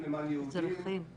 זה ערכיה של מדינת ישראל?